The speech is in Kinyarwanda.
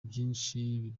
byinshi